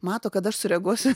mato kad aš sureaguosiu